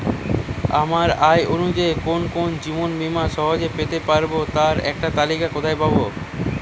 আমার আয় অনুযায়ী কোন কোন জীবন বীমা সহজে পেতে পারব তার একটি তালিকা কোথায় পাবো?